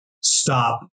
stop